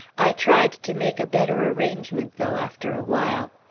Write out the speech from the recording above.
i tried to make a better arrangement, though, after a while.